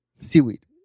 seaweed